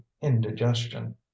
indigestion